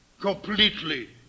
completely